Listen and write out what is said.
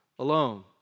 Alone